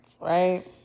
right